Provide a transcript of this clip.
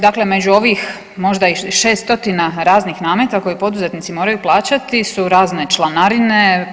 Dakle, među ovih možda i 6 stotina raznih nameta koje poduzetnici moraju plaćati su razne članarine.